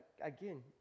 again